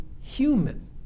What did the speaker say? human